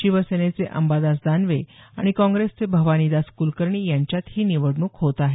शिवसेनेचे अंबादास दानवे आणि काँग्रेसचे भवानीदास क्लकर्णी यांच्यात ही निवडणूक होत आहे